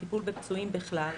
על טיפול בפצועים בכלל,